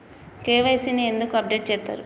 KYC ని ఎందుకు update చేత్తరు?